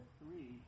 three